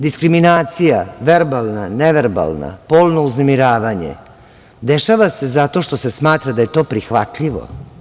Diskriminacija, verbalna, neverbalna, polno uznemiravanje, dešava se zato što se smatra da je to prihvatljivo.